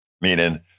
meaning